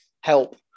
help